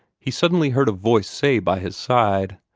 he suddenly heard a voice say by his side.